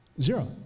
Zero